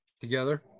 together